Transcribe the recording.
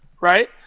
right